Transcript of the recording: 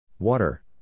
Water